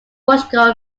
portugal